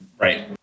Right